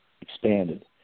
expanded